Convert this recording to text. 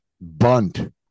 bunt